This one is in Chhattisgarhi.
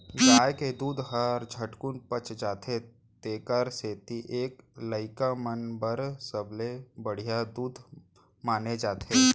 गाय के दूद हर झटकुन पच जाथे तेकर सेती एला लइका मन बर सबले बड़िहा दूद माने जाथे